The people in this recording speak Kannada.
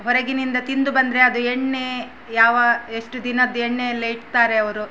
ಹೊರಗಿನಿಂದ ತಿಂದು ಬಂದರೆ ಅದು ಎಣ್ಣೆ ಯಾವ ಎಷ್ಟು ದಿನದ ಎಣ್ಣೆಯೆಲ್ಲ ಇಡ್ತಾರೆ ಅವರು